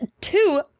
two